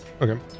Okay